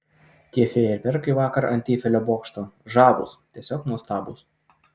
tie fejerverkai vakar ant eifelio bokšto žavūs tiesiog nuostabūs